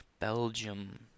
Belgium